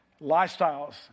lifestyles